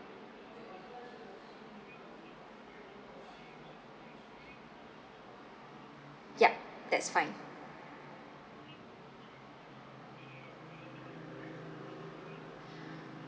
yup that's fine